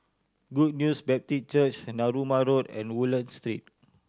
Good News Baptist Church Narooma Road and Woodlands Street